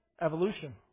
evolution